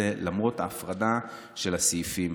למרות ההפרדה של הסעיפים.